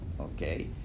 Okay